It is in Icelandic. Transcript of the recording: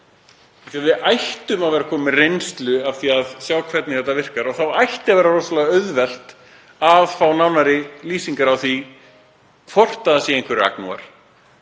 Við ættum að vera komin með reynslu af því að sjá hvernig þetta virkar og þá ætti að vera rosalega auðvelt að fá nánari lýsingu á því hvort það séu einhverjir agnúar,